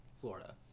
florida